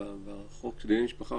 בחוק לגבי דיני משפחה,